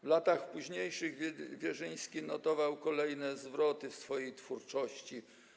W latach późniejszych Wierzyński odnotowywał kolejne zwroty w swojej twórczości.